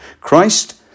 Christ